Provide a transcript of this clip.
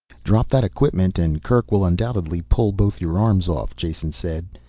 drop that equipment and kerk will undoubtedly pull both your arms off, jason said.